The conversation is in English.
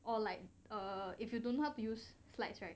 or like err if you don't have to use slides right